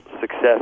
success